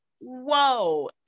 Whoa